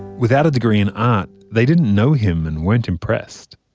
without a degree in art, they didn't know him and weren't impressed.